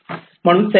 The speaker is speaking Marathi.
म्हणून सेल्फ